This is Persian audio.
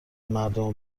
مردمو